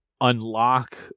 unlock